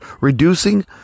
reducing